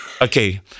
Okay